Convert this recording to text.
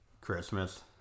Christmas